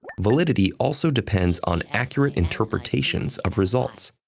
validity also depends on accurate interpretations of results.